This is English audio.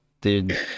Dude